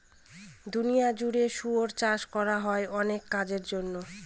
দুনিয়া জুড়ে শুয়োর চাষ করা হয় অনেক কাজের জন্য